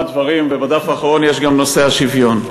דברים ובדף האחרון יש גם את נושא השוויון.